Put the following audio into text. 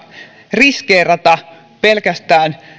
riskeerata pelkästään